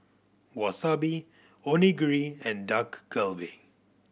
Wasabi Onigiri and Dak Galbi